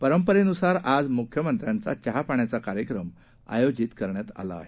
परंपरेनुसार आज मुख्यमंत्र्यांचा चहापाण्याचा कार्यक्रम आयोजित करण्यात आला आहे